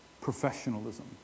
professionalism